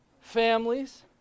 families